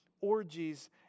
orgies